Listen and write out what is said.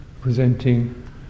presenting